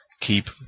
keep